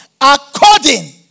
according